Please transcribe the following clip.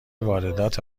واردات